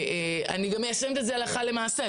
אני גם מיישמת את זה הלכה למעשה.